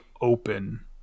open